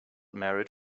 married